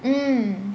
mm